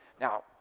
Now